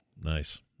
Nice